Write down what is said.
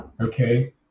Okay